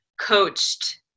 coached